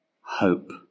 hope